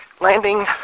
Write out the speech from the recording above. landing